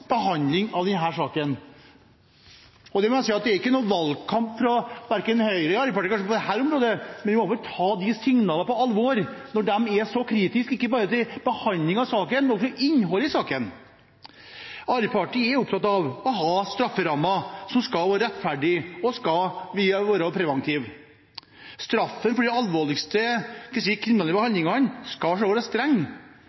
behandling av denne saken. Det er ikke noen valgkamp fra Høyre eller Arbeiderpartiet på dette området. Men vi må ta de signalene på alvor når de er så kritiske, ikke bare til behandlingen av saken, men også til innholdet i saken. Arbeiderpartiet er opptatt av å ha strafferammer som skal være rettferdige og preventive. Straffen for de alvorligste kriminelle handlingene skal selvfølgelig være streng, men er det 18 år, er det 21 år, er det 26 år, eller er det 30 år? Hvor skal grensen gå for hva